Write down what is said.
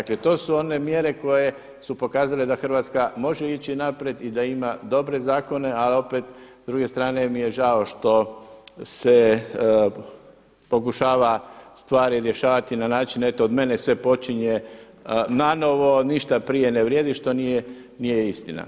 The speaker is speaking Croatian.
Dakle, to su one mjere koje su pokazale da Hrvatska može ići naprijed i da ima dobre zakone, ali opet s druge strane mi je žao što se pokušava stvari rješavati na način eto od mene sve počinje nanovo, ništa prije ne vrijedi što nije istina.